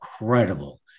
incredible